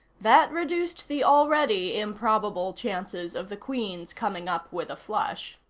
that reduced the already improbable chances of the queen's coming up with a flush.